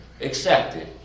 accepted